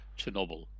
Chernobyl